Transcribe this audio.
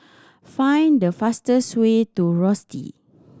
find the fastest way to Rosyth